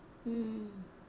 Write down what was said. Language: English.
mm